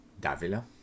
Davila